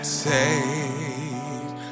saved